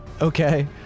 Okay